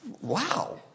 wow